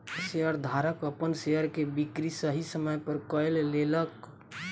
शेयरधारक अपन शेयर के बिक्री सही समय पर कय लेलक